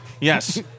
Yes